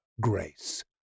grace